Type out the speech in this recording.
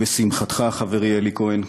ובשמחתך, חברי אלי כהן,